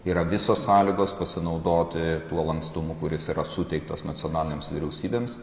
yra visos sąlygos pasinaudoti tuo lankstumu kuris yra suteiktas nacionalinėms vyriausybėms